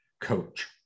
coach